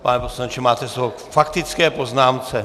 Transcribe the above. Pane poslanče, máte slovo k faktické poznámce.